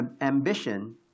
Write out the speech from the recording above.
ambition